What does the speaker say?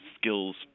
skills